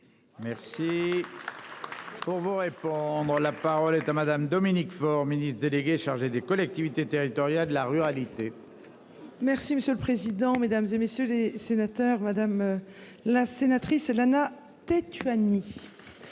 Merci. Pour vous répondre. La parole est à Madame Dominique Faure, ministre délégué chargé des collectivités territoriales de la ruralité. Merci monsieur le président, Mesdames, et messieurs les sénateurs, madame la sénatrice Lana. Tetuanui.